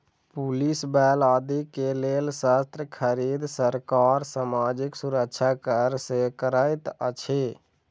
police बल आदि के लेल शस्त्र खरीद, सरकार सामाजिक सुरक्षा कर सँ करैत अछि